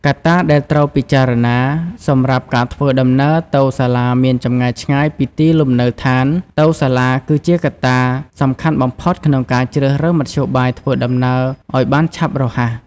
កត្តាដែលត្រូវពិចារណា សម្រាប់ការធ្វើដំណើរទៅសាលាមានចម្ងាយឆ្ងាយពីទីលំនៅដ្ឋានទៅសាលាគឺជាកត្តាសំខាន់បំផុតក្នុងការជ្រើសរើសមធ្យោបាយធ្វើដំណើរឱ្យបានឆាប់រហ័ស។